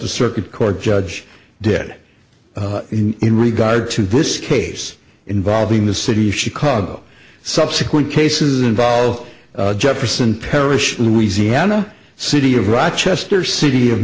the circuit court judge did in regard to this case involving the city chicago subsequent cases involved jefferson parish louisiana city of rochester city of